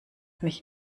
mich